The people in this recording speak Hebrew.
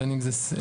בין אם זה סייעות,